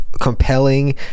compelling